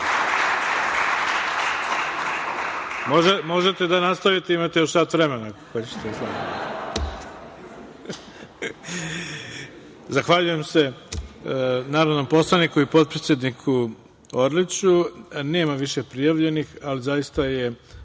Možete da nastavite, imate još sat vremena, ako hoćete. Zahvaljujem se narodnom poslaniku i potpredsedniku Orliću. Nema više prijavljenih. Zahvaljujem